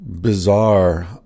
bizarre